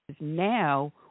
now